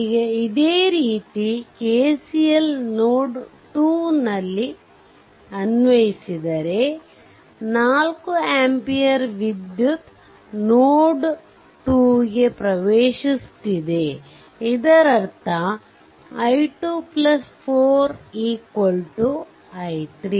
ಈಗ ಅದೇ ರೀತಿ KCL ನೋಡ್ 2 ನಲ್ಲಿ ಅನ್ವಯಿಸಿದರೆ ಈ 4 ampere ವಿದ್ಯುತ್ ನೋಡ್ 2 ಗೆ ಪ್ರವೇಶಿಸುತ್ತಿದೆ ಇದರರ್ಥ i 2 4 i3